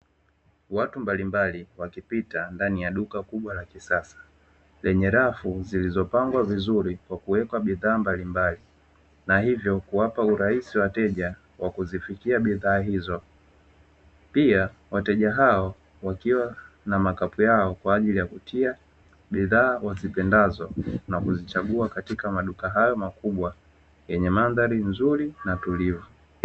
Watu mbalimbali wakipita ndani ya duka kubwa la kisasa, lenye rafu zilizopangwa vizuri kwa kuwekwa bidhaa mbalimbali, na hivyo kuwapa urahisi wateja kwa kuzifikia bidhaa hizo. Pia wateja hao wakiwa na makapu yao kwa ajili ya kutia bidhaa wazipendazo na kuzichagua katika maduka hayo makubwa yenye mandhari nzuri na tulivu.